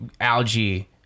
algae